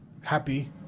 happy